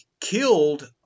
killed